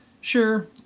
Sure